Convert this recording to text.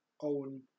own